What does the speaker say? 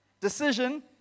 Decision